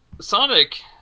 Sonic